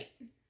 Right